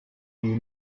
you